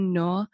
no